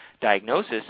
diagnosis